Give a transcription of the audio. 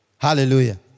Hallelujah